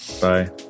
Bye